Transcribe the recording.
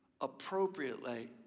appropriately